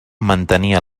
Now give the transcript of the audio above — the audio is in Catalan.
mantenia